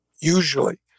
usually